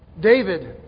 David